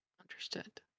Understood